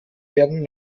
werden